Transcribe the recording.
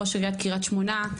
ראש עיריית קריית שמונה.